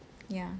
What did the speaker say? ya